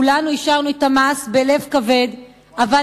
כולנו אישרנו את המס בלב כבד אבל